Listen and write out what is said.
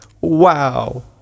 Wow